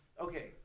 okay